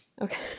Okay